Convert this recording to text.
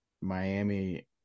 Miami